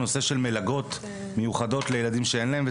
הנושא של מלגות מיוחדות לילדים שאין להם,